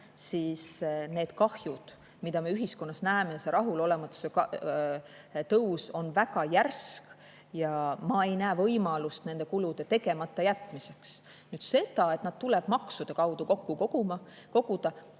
siis nende kahjude, mida me ühiskonnas näeme, ja rahulolematuse tõus on väga järsk. Ma ei näe võimalust nende kulude tegemata jätmiseks. [See raha] tuleb maksude kaudu kokku koguda